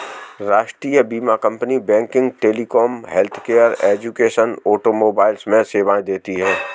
राष्ट्रीय बीमा company banking, telecom, healthcare, education, automobile में सेवाएं देती है